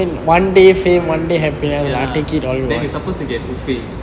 ya then we supposed to get buffet